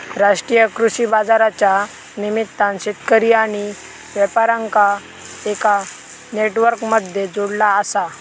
राष्ट्रीय कृषि बाजारच्या निमित्तान शेतकरी आणि व्यापार्यांका एका नेटवर्क मध्ये जोडला आसा